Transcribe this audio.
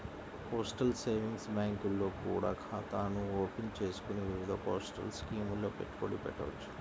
postal savings బ్యాంకుల్లో కూడా ఖాతాను ఓపెన్ చేసుకొని వివిధ పోస్టల్ స్కీముల్లో పెట్టుబడి పెట్టవచ్చు